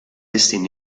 estende